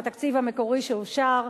מהתקציב המקורי שאושר,